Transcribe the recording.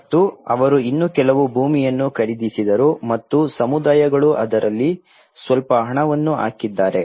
ಮತ್ತು ಅವರು ಇನ್ನೂ ಕೆಲವು ಭೂಮಿಯನ್ನು ಖರೀದಿಸಿದರು ಮತ್ತು ಸಮುದಾಯಗಳು ಅದರಲ್ಲಿ ಸ್ವಲ್ಪ ಹಣವನ್ನು ಹಾಕಿದ್ದಾರೆ